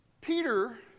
Peter